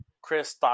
Chris